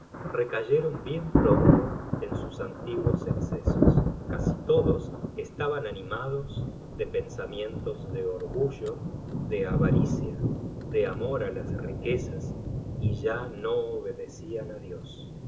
recayeron bien pronto en sus antiguos escesos casi todos estaban animados de pensamientos de orgullo de avaricia de amor á las riquezas y ya no obedecian á dios